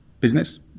business